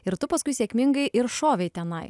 ir tu paskui sėkmingai ir šovei tenai